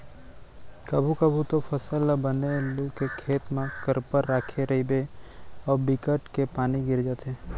कभू कभू तो फसल ल बने लू के खेत म करपा राखे रहिबे अउ बिकट के पानी गिर जाथे